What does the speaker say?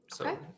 Okay